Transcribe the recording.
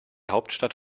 hauptstadt